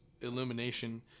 illumination